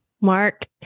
Mark